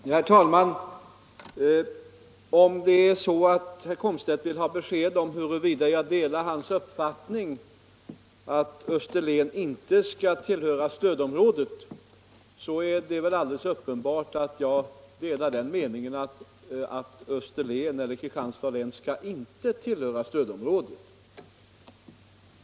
Herr talman! Om herr Komstedt vill ha besked om huruvida jag delar hans uppfattning att Österlen inte skall tillhöra stödområdet så skall jag ge det: Det är väl alldeles uppenbart att Kristianstads län inte skall tillhöra stödområdet.